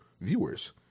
viewers